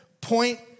Point